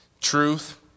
Truth